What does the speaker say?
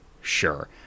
sure